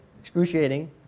excruciating